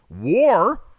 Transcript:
War